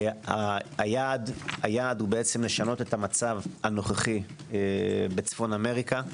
היעד הוא לשנות את המצב הנוכחי בצפון אמריקה,